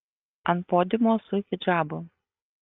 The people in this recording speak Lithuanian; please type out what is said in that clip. ant podiumo su hidžabu